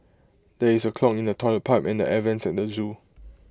there is A clog in the Toilet Pipe and air Vents at the Zoo